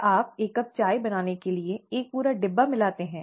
क्या आप एक कप चाय बनाने के लिए एक पूरा डिब्बा मिलाते हैं